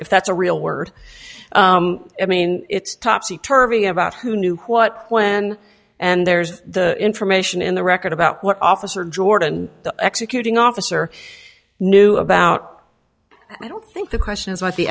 if that's a real word i mean it's topsy turvy about who knew what when and there's the information in the record about what officer jordan executing officer knew about i don't think the question is